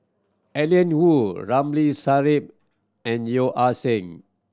Alan Oei Ramli Sarip and Yeo Ah Seng